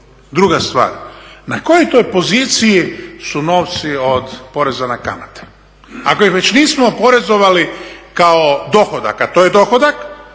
Druga stvar, na kojoj to poziciji su novci od poreza na kamate? Ako ih već nismo oporezovali kao dohodak, a to je dohodak